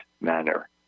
manner